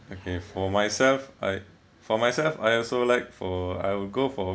okay for myself I for myself I also like for I will go for